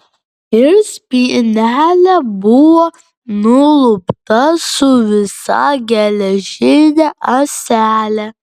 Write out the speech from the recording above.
ir spynelė buvo nulupta su visa geležine ąsele